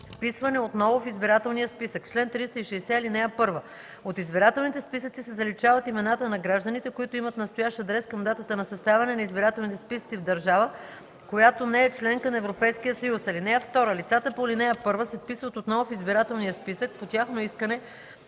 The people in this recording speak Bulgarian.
Вписване отново в избирателния списък Чл. 360. (1) От избирателните списъци се заличават имената на гражданите, които имат настоящ адрес към датата на съставяне на избирателните списъци в държава, която не е членка на Европейския съюз. (2) Лицата по ал. 1 се вписват отново в избирателния списък по тяхно искане